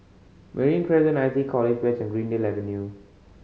Marine Crescent nineteen College West Greendale Avenue